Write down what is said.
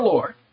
Lord